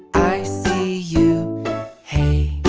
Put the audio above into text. i see you hey,